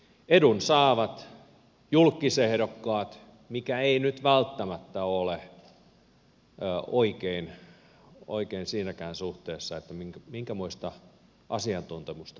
edun saavat julkkisehdokkaat mikä ei nyt välttämättä ole oikein siinäkään suhteessa minkämoista asiantuntemusta täällä tarvitaan